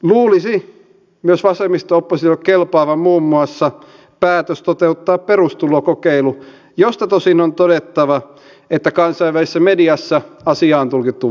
luulisi myös vasemmisto oppositiolle kelpaavan muun muassa päätös toteuttaa perustulokokeilu josta tosin on todettava että kansainvälisessä mediassa asia on tulkittu väärin